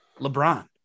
LeBron